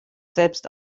selbst